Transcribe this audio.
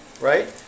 right